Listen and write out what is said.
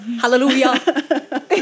Hallelujah